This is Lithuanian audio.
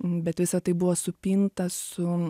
bet visa tai buvo supinta su